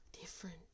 different